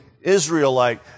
israelite